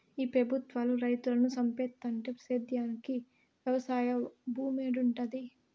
ఈ పెబుత్వాలు రైతులను సంపేత్తంటే సేద్యానికి వెవసాయ భూమేడుంటది